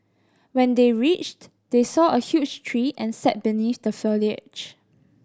when they reached they saw a huge tree and sat beneath the foliage